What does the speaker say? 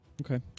Okay